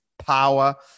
power